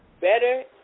Better